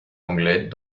anglais